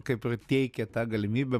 kaip ir teikė tą galimybę